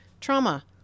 trauma